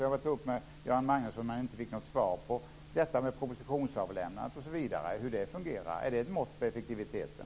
Jag frågade Göran Magnusson om några problem, bl.a. hur propositionsavlämnandet fungerar, men jag fick inget svar på dessa frågor. Är det ett mått på effektiviteten?